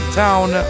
town